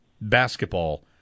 basketball